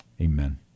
Amen